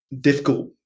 difficult